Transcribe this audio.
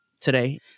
today